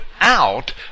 out